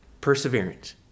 perseverance